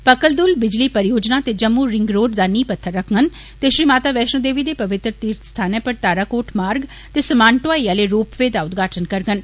पकलदुल बिजली परियोजना ते जम्मू रिंगरोड दा नींह पत्थर रक्खडन ते श्री माता वैष्णो देवी दे पवित्र तीर्थ स्थानै पर ताराकोट मार्ग ते समान ढोआई आले रोपवे दा उदघाटन करङन